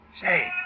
Say